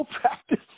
practice